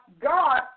God